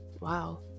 Wow